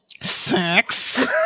Sex